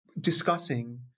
discussing